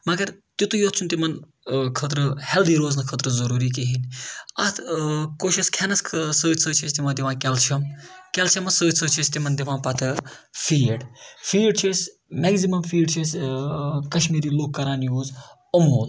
مگر تِتھُے یوت چھُنہٕ تِمَن خٲطرٕ ہٮ۪لدی روزنہٕ خٲطرٕ ضٔروٗری کِہیٖنۍ اَتھ کوٚشَش کھٮ۪نَس خہٕ سۭتۍ سۭتۍ چھِ أسۍ دِوان تِمَن کٮ۪لشَم کشلشَمَس سۭتۍ سۭتۍ چھِ أسۍ تِمَن دِوان پَتہٕ فیٖڈ فیٖڈ چھِ أسۍ مٮ۪کزِمَم فیٖڈ چھِ أسۍ کشمیٖری لُکھ کَران یوٗز أموٗل